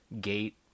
gate